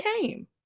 came